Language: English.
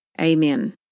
Amen